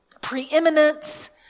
preeminence